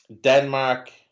Denmark